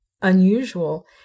unusual